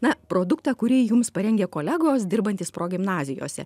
na produktą kurį jums parengė kolegos dirbantys progimnazijose